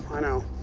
i know.